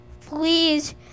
please